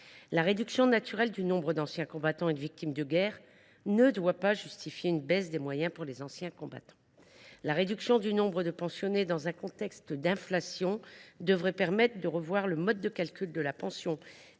La réduction naturelle du nombre d’anciens combattants et de victimes de guerre ne saurait justifier une baisse des moyens dédiés. La baisse du nombre de pensionnés dans un contexte d’inflation devrait permettre de revoir le mode de calcul de la PMI